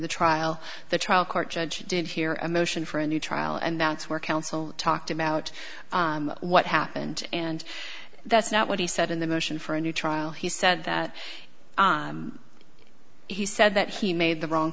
the trial the trial court judge did hear a motion for a new trial and that's where counsel talked about what happened and that's not what he said in the motion for a new trial he said that he said that he made the wrong